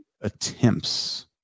attempts